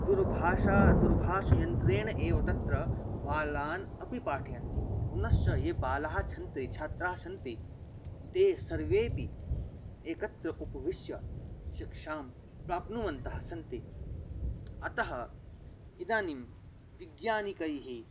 दूरभाषा दूरभाषायन्त्रेण एव तत्र बालान् अपि पाठयन्ति पुनश्च ये बालाः सन्ति छात्राः सन्ति ते सर्वेऽपि एकत्र उपविश्य शिक्षां प्राप्नुवन्तः सन्ति अतः इदानीं वज्ञानिकैः